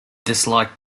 disliked